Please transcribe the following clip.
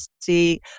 see